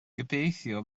gobeithio